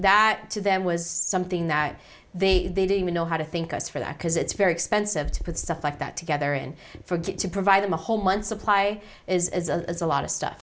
that to them was something that they they didn't know how to think us for that because it's very expensive to put stuff like that together and forget to provide them a whole month supply is a lot of stuff